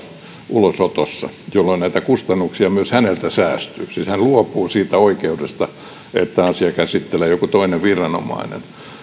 ulosotossa jolloin näitä kustannuksia myös häneltä luopuu siitä oikeudesta että asian käsittelee joku toinen viranomainen